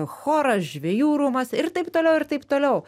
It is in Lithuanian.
choras žvejų rūmuos ir taip toliau ir taip toliau